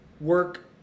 work